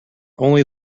only